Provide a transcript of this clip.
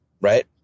right